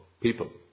people